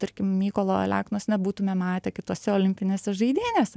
tarkim mykolo aleknos nebūtume matę kitose olimpinėse žaidynėse